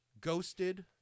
ghosted